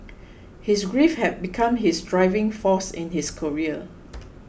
his grief had become his driving force in his career